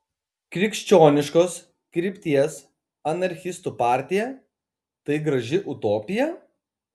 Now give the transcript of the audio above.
krikščioniškos krypties anarchistų partija tai graži utopija